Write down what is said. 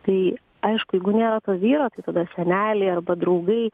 tai aišku jeigu nėra to vyro tai tada seneliai arba draugai